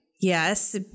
Yes